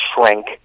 shrink